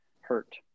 hurt